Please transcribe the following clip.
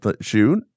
shoot